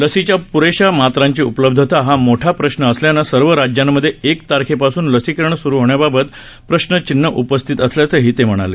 लसीच्या प्रेशा मात्रांची उपलब्धता हा मोठा प्रश्न असल्यानं सर्व राज्यांमध्ये एक तारेखपासून लसीकरण सुरू होण्याबाबत प्रश्नचिन्ह उपस्थित होत असल्याचं टोपे ते म्हणाले